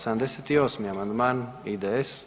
78. amandman IDS.